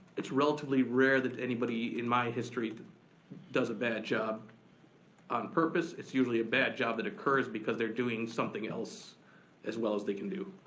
it's relatively rare that anybody in my history does a bad job on purpose, it's usually a bad job that occurs because they're doing something else as well as they can do.